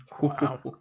Wow